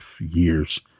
years